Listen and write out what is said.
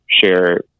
share